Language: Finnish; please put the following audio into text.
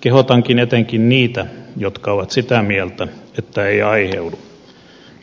kehotankin etenkin niitä jotka ovat sitä mieltä että ei aiheudu